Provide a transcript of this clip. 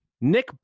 Nick